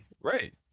Right